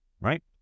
right